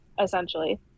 essentially